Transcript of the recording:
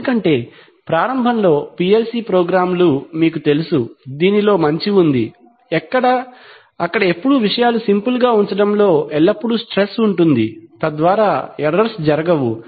ఎందుకంటే ప్రారంభంలో PLC ప్రోగ్రామ్లు మీకు తెలుసు దీనిలో మంచి ఉంది అక్కడ ఎప్పుడూ విషయాలు సింపుల్ గా ఉంచడంలో ఎల్లప్పుడూ స్ట్రెస్ ఉంటుంది తద్వారా ఎర్రర్స్ జరగవు